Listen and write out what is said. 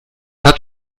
hat